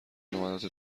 جملات